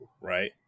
right